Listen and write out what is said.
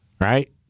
right